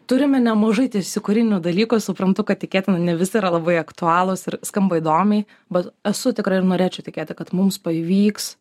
turime nemažai teisėkūrinių dalykų suprantu kad tikėtina ne visi yra labai aktualūs ir skamba įdomiai bet esu tikra ir norėčiau tikėti kad mums pavyks